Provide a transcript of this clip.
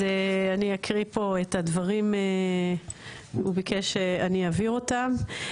אז אני אקריא פה את הדברים שהוא ביקש שאני אעביר אותם.